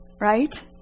right